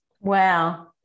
wow